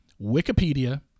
Wikipedia